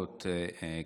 שיהיו גאים,